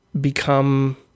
become